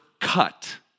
cut